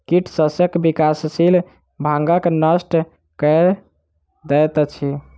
कीट शस्यक विकासशील भागक नष्ट कय दैत अछि